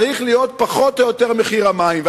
צריך להיות פחות או יותר מחיר המים,